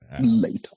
later